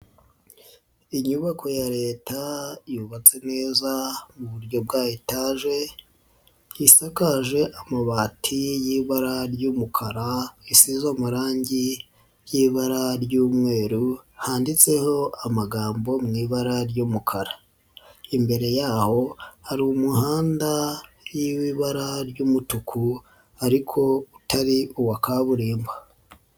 Inyubako ya Leta yubatse neza mu buryo bwa etaje, isakaje amabati y'ibara ry'umukara, isize amarangi y'ibara ry'umweru, handitseho amagambo mu ibara ry'umukara, imbere y'aho hari umuhanda w'ibara ry'umutuku ariko utari uwa kaburimbo.